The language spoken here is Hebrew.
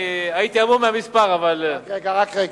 אני הייתי המום מהמספר, אבל, רק רגע,